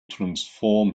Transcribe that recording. transform